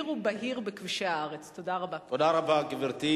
הזהירו אותי: יגידו שבגללך יש תאונות.